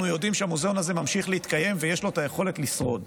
יודעים שהמוזיאון הזה ממשיך להתקיים ויש לו את היכולת לשרוד.